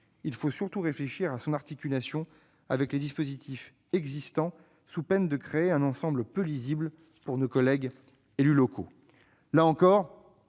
il faut surtout réfléchir à son articulation avec les dispositifs existants, sous peine de créer un ensemble peu lisible pour nos collègues élus locaux. Là encore,